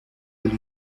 del